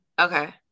okay